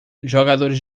jogadores